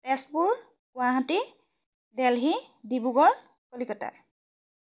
Tezpur Guwahati Delhi Dibrugarh Kolkata